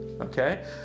okay